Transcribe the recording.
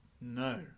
No